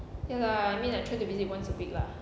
ya lah I mean like try to visit once a week lah